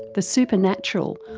the supernatural,